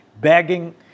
begging